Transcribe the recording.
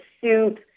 soup